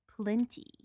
plenty